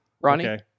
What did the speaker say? Ronnie